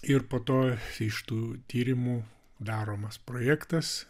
ir po to iš tų tyrimų daromas projektas